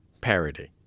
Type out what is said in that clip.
parody